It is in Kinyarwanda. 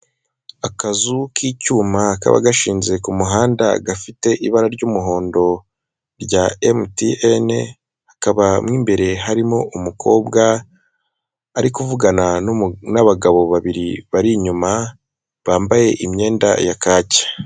Akazu k'icyuma kaba gashinze ku muhanda gafite ibara ry'umuhondo rya emutiyene, hakaba mo imbere harimo umukobwa ari kuvugana n'abagabo babiri bari inyuma bambaye imyenda ya kaki.